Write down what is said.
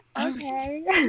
Okay